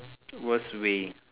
worst way